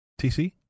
TC